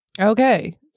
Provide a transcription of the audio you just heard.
Okay